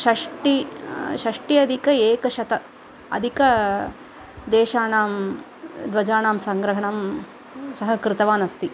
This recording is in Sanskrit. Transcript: षष्ठिः षष्ठ्यधिकेकशतम् अधिकं देशानां ध्वजानां सङ्ग्रहणं सः कृतवानस्ति